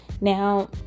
now